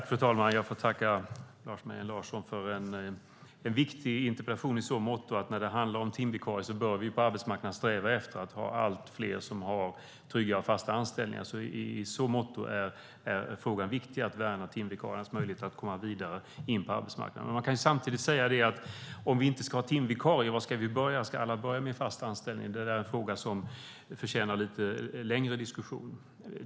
Fru talman! Jag tackar Lars Mejern Larsson för en viktig interpellation i så måtto att när det handlar om timvikarier bör vi på arbetsmarknaden sträva efter att ha allt fler som har trygga och fasta anställningar. I så måtto är frågan om att värna timvikariernas möjlighet att komma vidare in på arbetsmarknaden viktig. Man kan samtidigt fråga: Om vi inte ska ha timvikarier, ska alla börja med en fast anställning? Det är en fråga som förtjänar en lite längre diskussion.